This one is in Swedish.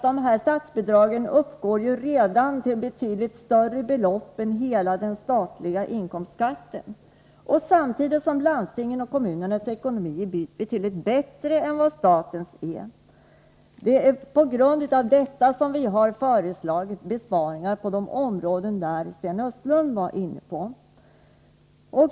Dessa statsbidrag uppgår ju redan nu till betydligt större belopp än hela den statliga inkomstskatten, samtidigt som landstingens och kommunernas ekonomi är betydligt bättre än statens. Det är mot bakgrund av detta som vi har föreslagit besparingar på de områden som Sten Östlund var inne på.